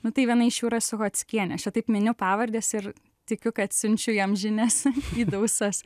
nu tai viena iš jų yra suchockienė aš čia taip miniu pavardes ir tikiu kad siunčiu jom žinias į dausas